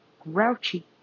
Grouchy